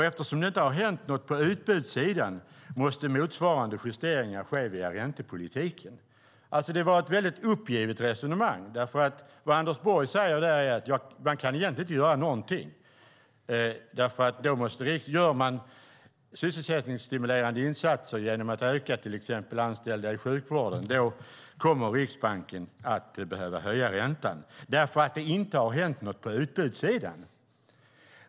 Eftersom det inte hänt något på utbudssidan måste motsvarande justeringar ske via räntepolitiken. Det var alltså ett väldigt uppgivet resonemang. Det Anders Borg säger är att man egentligen inte kan göra någonting, för om man gör sysselsättningsstimulerande insatser genom att till exempel öka antalet anställda i sjukvården kommer Riksbanken att behöva höja räntan därför att det inte har hänt något på utbudssidan.